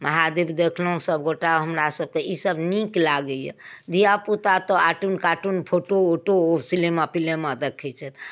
महादेव देखलहुँ सभगोटा हमरासभके ईसब नीक लागैए धिआपुता तऽ आर्टून कार्टून फोटो ओटो ओ सिनेमा पिलेमा देखै छथि